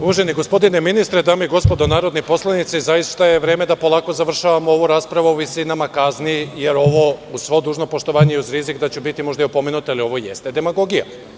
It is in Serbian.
Uvaženi gospodine ministre, dame i gospodo narodni poslanici, zaista je vreme da polako završavamo ovu raspravu o visinama kazni, jer ovo uz svo dužno poštovanje i uz rizik da ću biti možda i opomenut, ovo jeste demagogija.